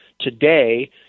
today